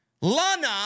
Lana